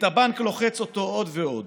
את הבנק לוחץ אותו עוד ועוד.